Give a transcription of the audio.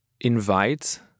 invite